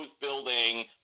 building